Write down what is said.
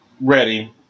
ready